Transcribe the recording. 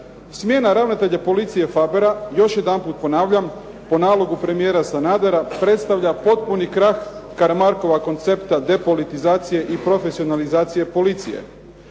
Smjena ravnatelja policije Fabera, još jedanput ponavljam, po nalogu premijera Sanadera predstavlja potpuni krah Karamarkova koncepta depolitizacije i profesionalizacije policije.